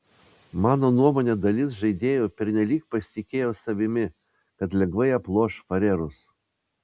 mano nuomone dalis žaidėjų pernelyg pasitikėjo savimi kad lengvai aploš farerus